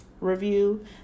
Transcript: review